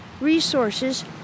resources